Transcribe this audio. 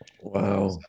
Wow